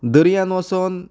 दर्यांत वचून